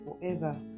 forever